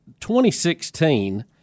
2016